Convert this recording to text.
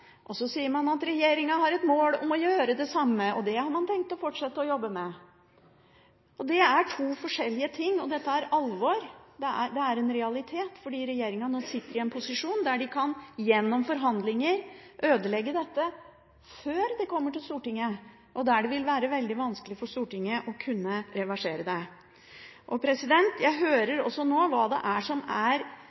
og så sier man at regjeringen har et mål om å gjøre det samme, og det har man tenkt å fortsette å jobbe for. Det er to forskjellige ting, og dette er alvor. Det er en realitet, fordi regjeringen nå sitter i en posisjon der de gjennom forhandlinger kan ødelegge dette før det kommer til Stortinget, og det vil bli veldig vanskelig for Stortinget å reversere det. Jeg hører også nå hva som ligger statsrådens hjerte nærmest, og det er